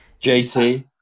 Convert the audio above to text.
JT